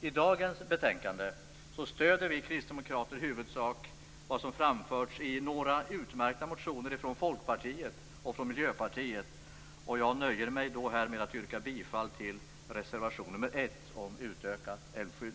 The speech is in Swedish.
I dagens betänkande stöder vi kristdemokrater i huvudsak vad som framförts i några utmärkta motioner från Folkpartiet och Miljöpartiet. Jag nöjer mig med att yrka bifall till reservation nr 1 om utökat älvskydd.